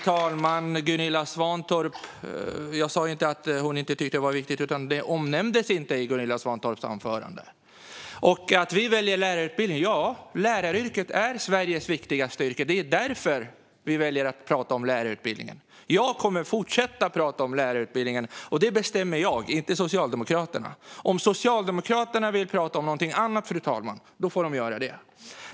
Fru talman! Jag sa inte att Gunilla Svantorp inte tyckte att detta var viktigt utan att det inte omnämndes i hennes anförande. Att vi väljer att fokusera på lärarutbildningen beror på att vi tycker att läraryrket är Sveriges viktigaste yrke. Det är därför vi väljer att tala om lärarutbildningen. Jag kommer att fortsätta att tala om den. Och det bestämmer jag, inte Socialdemokraterna. Om Socialdemokraterna vill tala om något annat, fru talman, får de göra det.